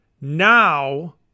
Now